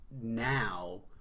now